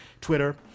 Twitter